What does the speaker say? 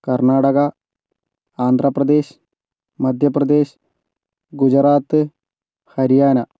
Karnataka Andhra Pradesh Madhya Pradesh Gujarat Haryana